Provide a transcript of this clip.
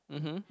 mmhmm